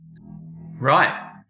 Right